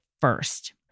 first